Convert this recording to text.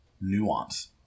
nuance